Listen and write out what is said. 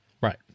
Right